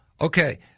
okay